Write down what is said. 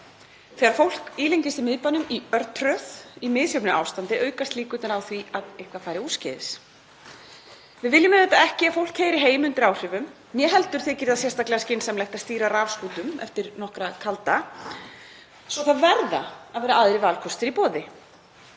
Þegar fólk ílengist í miðbænum í örtröð í misjöfnu ástandi aukast líkurnar á því að eitthvað fari úrskeiðis. Við viljum auðvitað ekki að fólk keyri heim undir áhrifum né heldur þykir það sérstaklega skynsamlegt að stýra rafskútum eftir nokkra kalda svo að það verða að vera aðrir valkostir í boði.